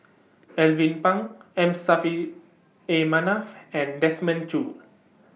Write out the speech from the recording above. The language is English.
Alvin Pang M Saffri A Manaf and Desmond Choo